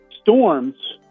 Storms